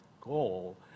goal